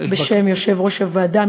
בשם יושב-ראש הוועדה,